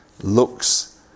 looks